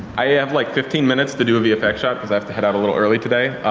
i have like fifteen minutes to do a vfx shot, coz have to head out a little early today